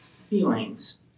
feelings